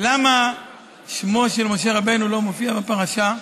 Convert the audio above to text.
למה שמו של משה רבנו לא מופיע בפרשה?